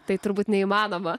tai turbūt neįmanoma